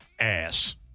ass